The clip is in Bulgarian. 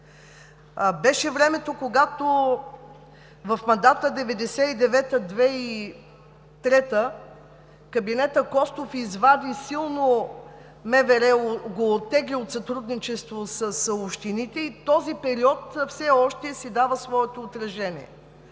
Беше времето, когато в мандата 1999 – 2003 г. кабинетът Костов извади, оттегли МВР от сътрудничество с общините и този период все още дава своето отражение.